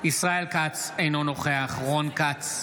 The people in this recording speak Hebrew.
ישראל כץ, אינו נוכח רון כץ,